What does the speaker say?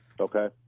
Okay